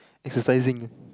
exercising